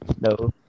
No